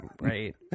right